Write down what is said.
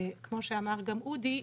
כמו שאמר גם אודי,